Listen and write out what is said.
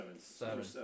seven